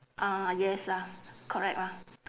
ah yes lah correct lah